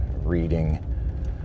reading